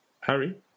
Harry